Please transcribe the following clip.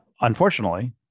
unfortunately